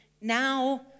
now